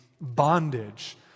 bondage